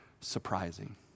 surprising